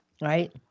right